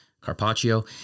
carpaccio